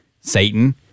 Satan